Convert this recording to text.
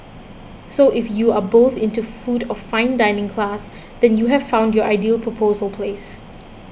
so if you are both into food of fine dining class then you have found your ideal proposal place